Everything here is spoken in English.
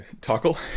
tackle